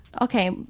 okay